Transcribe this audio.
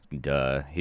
Duh